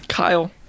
Kyle